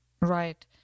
Right